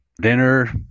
dinner